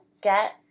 get